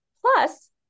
Plus